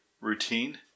routine